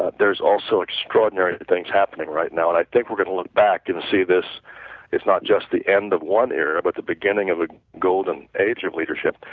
but there is also extraordinary things happening right now, and i think we could look back and see if this it's not just the end of one era, but the beginning of ah golden age of leadership.